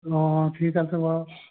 অ ঠিক আছে বাৰু